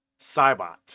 Cybot